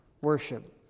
worship